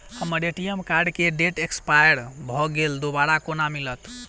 हम्मर ATM card केँ date expire भऽ गेल दोबारा कोना मिलत?